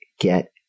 get